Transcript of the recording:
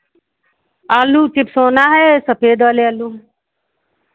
आलू चिप्सोना है सफ़ेद वाले आलू हैं